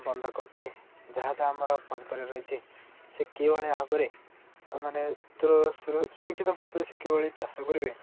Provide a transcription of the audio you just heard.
ବନ୍ଧାକୋବି ଯାହା ଯାହା ଆମର ପନିପରିବା ରହିଛି ସେ କିଭଳି ଭାବରେ ମାନେ ତୋର ସୁରକ୍ଷିତ ଭାବରେ ସେ କିଭଳି ଚାଷ କରିବେ